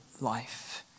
life